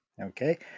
Okay